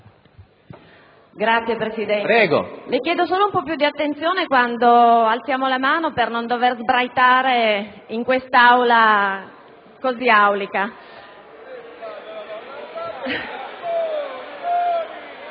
Signor Presidente, le chiedo solo un po' più di attenzione quando alziamo la mano, per non dover sbraitare in quest'Aula così aulica.